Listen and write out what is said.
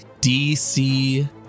DC